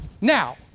Now